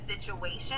situation